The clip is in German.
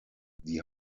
die